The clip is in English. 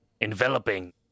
enveloping